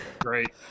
great